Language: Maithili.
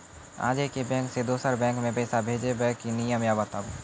आजे के बैंक से दोसर बैंक मे पैसा भेज ब की नियम या बताबू?